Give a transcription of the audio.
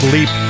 Leap